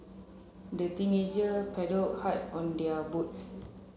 the teenager paddled hard on their boat